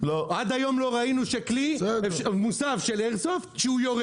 עד היום לא ראינו כלי --- שהוא יורה.